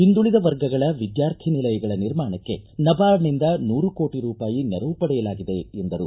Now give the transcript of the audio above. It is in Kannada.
ಹಿಂದುಳಿದ ವರ್ಗಗಳ ವಿದ್ಯಾರ್ಥಿ ನಿಲಯಗಳ ನಿರ್ಮಾಣಕ್ಕೆ ನಬಾರ್ಡ್ನಿಂದ ನೂರು ಕೋಟ ರೂಪಾಯಿ ನೆರವು ಪಡೆಯಲಾಗಿದೆ ಎಂದರು